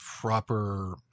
proper